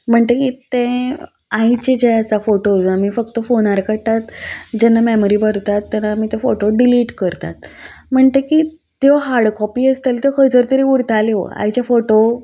म्हणटकीर तें आयचे जे आसा फोटोज आमी फक्त फोनार काडटात जेन्ना मॅमरी भरतात तेन्ना आमी ते फोटो डिलीट करतात म्हणटकीर त्यो हार्ड कॉपी आसताल्यो त्यो खंयसर तरी उरताल्यो आयचे फोटो